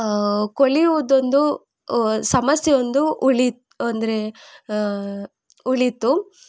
ಕೊಳೆಯುವುದೊಂದು ಸಮಸ್ಯೆ ಒಂದು ಉಳಿ ಅಂದರೆ ಉಳೀತು